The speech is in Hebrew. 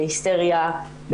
בהיסטריה,